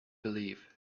believe